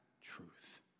truth